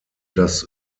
das